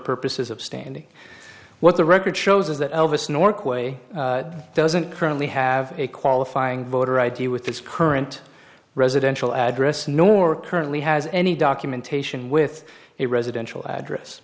purposes of standing what the record shows is that elvis nork way doesn't currently have a qualifying voter id with his current residential address nor currently has any documentation with a residential address